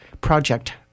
project